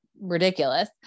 ridiculous